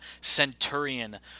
Centurion